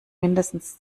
mindestens